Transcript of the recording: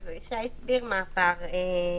שי הסביר מה הפער.